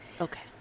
Okay